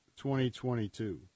2022